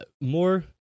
more